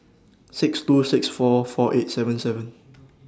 six two six seven four eight seven seven